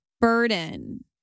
burden